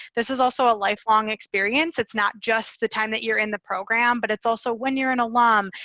this is also a lifelong experience. it's not just the time that you're in the program, but it's also when you're an alum.